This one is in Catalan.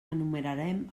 enumerarem